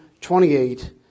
28